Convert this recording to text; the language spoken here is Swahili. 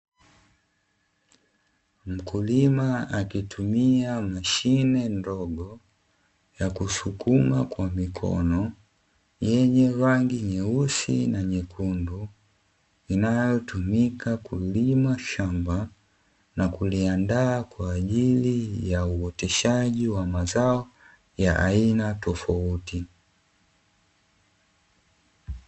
Mkulima akitumia mashine ndogo ya kusukuma kwa mikono yenye rangi nyeusi na nyekundu, inayotumika kulima shamba na kuliandaa kwa ajili ya uoteshaji wa mazao ya aina tofauti.